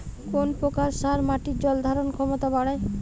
কোন প্রকার সার মাটির জল ধারণ ক্ষমতা বাড়ায়?